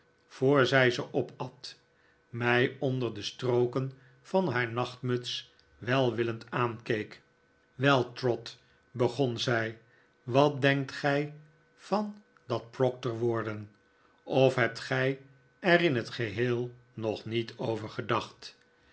voor zij ze opat mij onder de strooken van haar naehtmuts welwillend aankeek wel trot begon zij wat denkt gij van dat proctor worden of hebt gij er in het geheel nog niet over gedacht